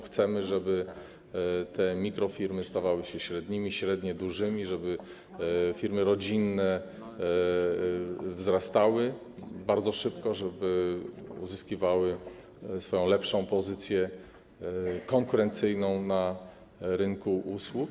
Chcemy, żeby te mikrofirmy stawały się średnimi, średnie dużymi, żeby firmy rodzinne wzrastały bardzo szybko, żeby uzyskiwały lepszą pozycję, konkurencyjną na rynku usług.